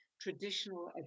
traditional